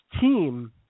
team